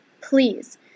Please